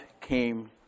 came